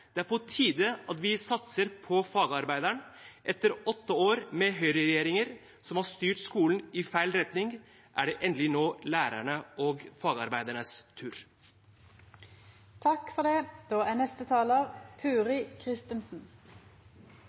Det er på tide at vi satser på fagarbeideren. Etter åtte år med høyreregjeringer som har styrt skolen i feil retning, er det endelig nå lærerne og fagarbeidernes